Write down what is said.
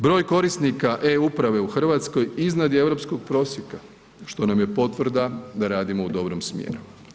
Broj korisnika e-Uprave u Hrvatskoj iznad je europskog prosjeka, što nam je potvrda da radimo u dobrom smjeru.